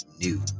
New